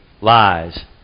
lies